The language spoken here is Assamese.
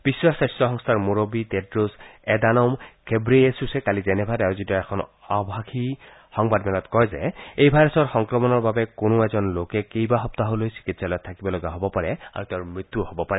বিশ্ব স্বাস্থ্য সংস্থাৰ মুৰববী টেড্ৰোছ এডানোম ঘেব্ৰেয়েছুছে কালি জেনেভাত আয়োজিত এখন আভাষী সংবাদ মেলত কয় যে এই ভাইৰাছৰ সংক্ৰমণৰ বাবে কোনো এজন লোক কেইবাসপ্তাহলৈ চিকিৎসালয়ত থাকিব লগা হব পাৰে আৰু তেওঁৰ মৃত্যুও হ'ব পাৰে